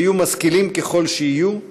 ויהיו משכילים ככל שיהיו,